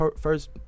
first